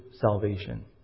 salvation